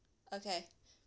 okay